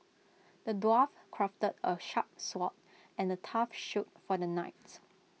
the dwarf crafted A sharp sword and A tough shield for the knights